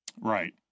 Right